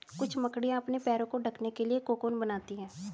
कुछ मकड़ियाँ अपने पैरों को ढकने के लिए कोकून बनाती हैं